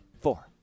four